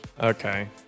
Okay